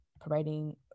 providing